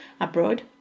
abroad